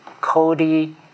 Cody